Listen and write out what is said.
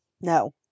No